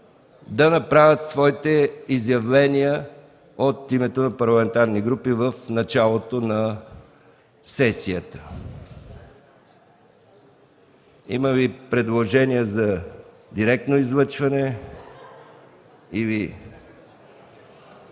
да направят своите изявления от името на парламентарна група в началото на сесията. Има ли предложения за директно излъчване?